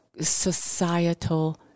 societal